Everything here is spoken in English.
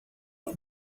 the